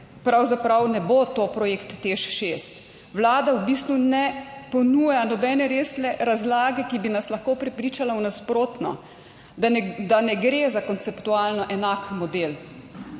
pravzaprav ne bo to projekt Teš 6. Vlada v bistvu ne ponuja nobene resne razlage, ki bi nas lahko prepričala v nasprotno. Da ne gre za konceptualno enak model.